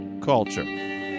Culture